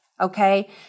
okay